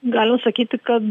galima sakyti kad